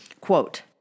Quote